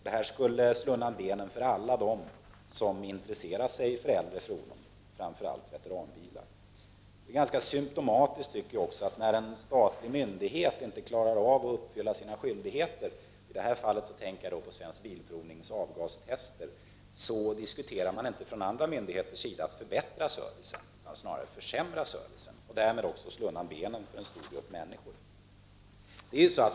Detta skulle slå undan benen för alla dem som intresserar sig för äldre fordon, framför allt för veteranbilar. Jag tycker också att det är ganska symtomatiskt att när en statlig myndighet inte klarar av att uppfylla sina skyldigheter — jag tänker på Svensk Bilprovnings avgastester — diskuterar man inte hos andra myndigheter att förbättra servicen utan snarare att försämra den och därmed slå undan benen för en stor grupp människor.